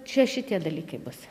čia šitie dalykai bus